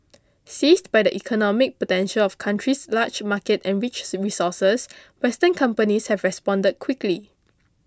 seized by the economic potential of country's large market and rich resources western companies have responded quickly